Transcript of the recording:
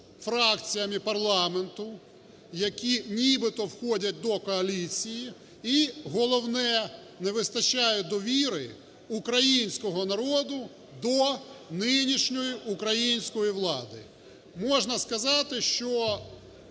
фракціями парламенту, які нібито входять до коаліції, і головне, не вистачає довіри українського народу до нинішньої української влади. Можна сказати, що